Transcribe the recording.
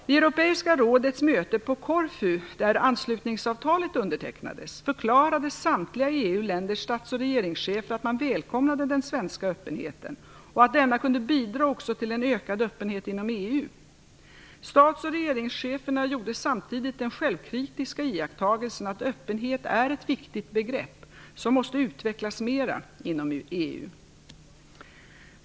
Vid Europeiska rådets möte på Korfu, då anslutningsavtalet undertecknades, förklarade samtliga EU-länders stats och regeringschefer att man välkomnade den svenska öppenheten och att denna kunde bidra till en ökad öppenhet inom EU. Stats och regeringscheferna gjorde samtidigt den självkritiska iakttagelsen att öppenhet är ett viktigt begreppp som måste utvecklas mera inom EU.